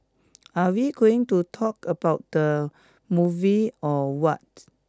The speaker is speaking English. are we going to talk about the movie or what